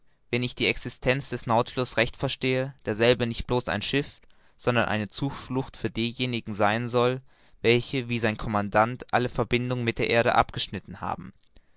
wenn ich die existenz des nautilus recht verstehe derselbe nicht blos ein schiff ist sondern eine zuflucht für diejenigen sein soll welche wie sein commandant alle verbindung mit der erde abgeschnitten haben